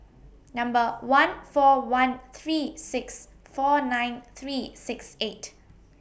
Number one four one three six four nine three six eight